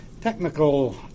technical